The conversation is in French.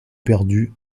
perdus